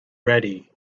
ready